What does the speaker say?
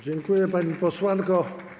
Dziękuję, pani posłanko.